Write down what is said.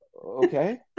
okay